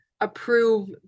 approve